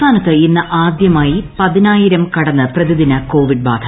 സംസ്ഥാനത്ത് ഇന്ന് ആദ്യമായി പതിനായിരം കടന്ന് പ്രതിദിന കോവിഡ് ബാധ